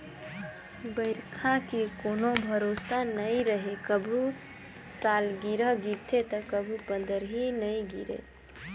बइरखा के कोनो भरोसा नइ रहें, कभू सालगिरह गिरथे त कभू पंदरही नइ गिरे